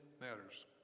matters